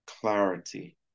clarity